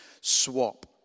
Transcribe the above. swap